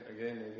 again